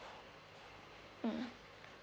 mm